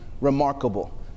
remarkable